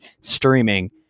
streaming